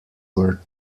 were